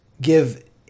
give